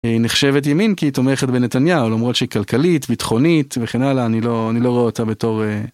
היא נחשבת ימין כי תומכת בנתניהו למרות שהיא כלכלית ביטחונית וכן הלאה אני לא אני לא רואה אותה בתור...